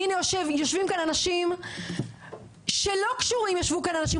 והינה יושבים כאן אנשים שלא קשורים ישבו כאן אנשים